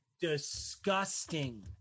Disgusting